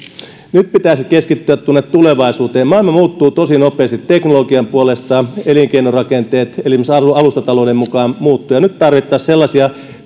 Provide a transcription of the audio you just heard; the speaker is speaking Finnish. nyt pitäisi keskittyä tulevaisuuteen maailma muuttuu tosi nopeasti teknologian puolesta elinkeinorakenteet esimerkiksi alustatalouden mukaan muuttuvat nyt tarvittaisiin sellaisia